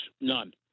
none